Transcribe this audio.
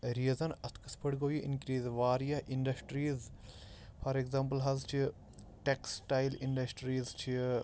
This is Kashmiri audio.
ریٖزَن اَتھ کِتھ پٲٹھۍ گوٚو یہِ اِنکریٖز واریاہ اِنڈَسٹِرٛیٖز فار ایٚگزامپٕل حظ چھِ ٹیٚکٕسٹایل اِنڈَسٹرٛیٖز چھِ